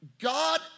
God